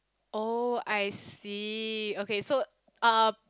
oh I see okay so um